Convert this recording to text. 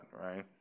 right